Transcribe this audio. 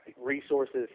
resources